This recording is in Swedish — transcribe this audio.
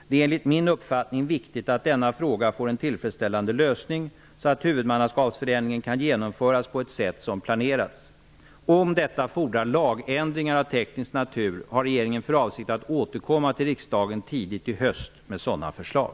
Det är enligt min uppfattning viktigt att denna fråga får en tillfredsställande lösning, så att huvudmannaskapsförändringen kan genomföras på det sätt som planerats. Om detta fordrar lagändringar av teknisk natur har regeringen för avsikt att återkomma till riksdagen tidigt i höst med sådana förslag.